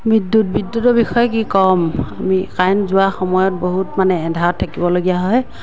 বিদ্যুৎ বিদ্যুতৰ বিষয়ে কি ক'ম আমি কাৰেণ্ট যোৱাৰ সময়ত বহুত মানে এন্ধাৰত থাকিব লগীয়া হয়